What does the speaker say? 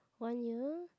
one year